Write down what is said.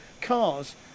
cars